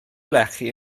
lechi